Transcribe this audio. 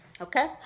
Okay